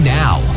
now